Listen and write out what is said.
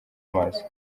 amazi